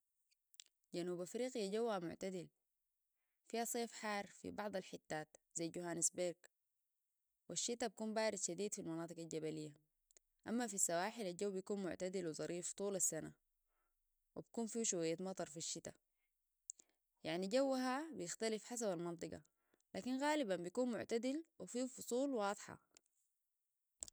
جنوب أفريقيا جوها معتدل فيها صيف حار في بعض الحتات زي جوهانسبرج الشتاء بيكون بارد شديد في المناطق الجبلية أما في السواحل الجو بيكون معتدل وظريف طول السنة بيكون فيه شوية مطر في الشتاء يعني جوها بيختلف حسب المنطقة لكن غالبا بيكون معتدل وفيه فصول واضحة